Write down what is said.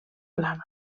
plana